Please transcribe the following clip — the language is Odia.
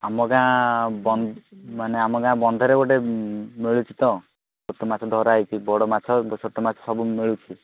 ଆମ ଗାଁ ବ ମାନେ ଆମ ଗାଁ ବନ୍ଧରେ ଗୋଟେ ମିଳୁଛି ତ ଛୋଟ ମାଛ ଧରା ହେଇଛି ବଡ଼ ମାଛ ଛୋଟ ମାଛ ସବୁ ମିଳୁଛି